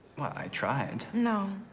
well, i tried. no,